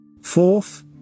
Fourth